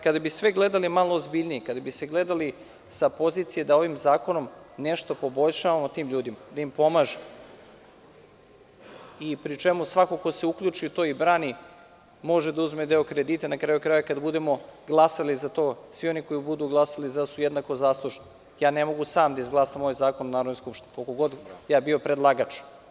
Kada bi sve gledali malo ozbiljnije, kada bi se gledali sa pozicije da ovim zakonom nešto poboljšavamo tim ljudima, da im pomažemo, pri čemu svako ko se uključi u to i brani može da uzme deo kredita, na kraju krajeva, kada budemo glasali za to, svi oni koji budu glasali „za“ jednako su zaslužni, jer ne mogu ja sam da izglasam ovaj zakon u Narodnoj skupštini, koliko god bio predlagač.